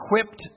equipped